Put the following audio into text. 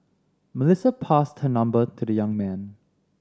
Melissa passed her number to the young man